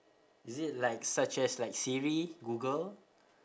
is it like such as like siri google